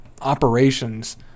operations